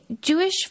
Jewish